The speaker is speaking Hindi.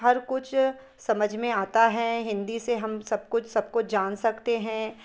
हर कुछ समझ में आता है हिंदी से हम सब कुछ सबको जान सकते हैं